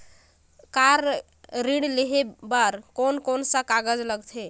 Car ऋण लेहे बार कोन कोन सा कागज़ लगथे?